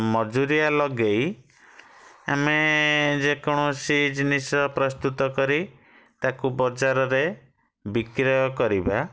ମଜୁରୀଆ ଲଗେଇ ଆମେ ଯେକୌଣସି ଜିନିଷ ପ୍ରସ୍ତୁତ କରି ତାକୁ ବଜାରରେ ବିକ୍ରୟ କରିବା